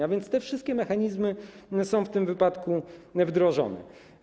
A więc te wszystkie mechanizmy są w tym wypadku wdrożone.